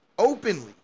Openly